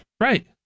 Right